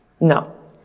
No